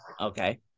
Okay